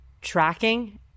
tracking